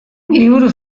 liburu